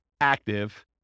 active